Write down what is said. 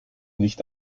nicht